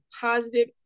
positive